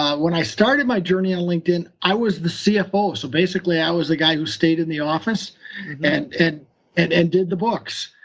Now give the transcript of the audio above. when i started my journey on linkedin, i was the cfo. so basically, i was the guy who stayed in the office and did and and and did the books.